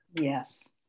Yes